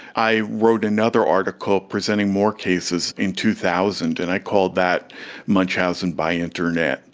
i wrote another article presenting more cases in two thousand and i called that munchausen by internet.